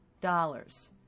dollars